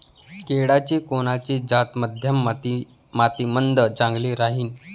केळाची कोनची जात मध्यम मातीमंदी चांगली राहिन?